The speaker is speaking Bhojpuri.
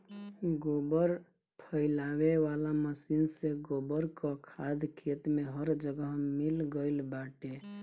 गोबर फइलावे वाला मशीन से गोबर कअ खाद खेत में हर जगह मिल गइल बाटे